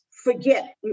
Forget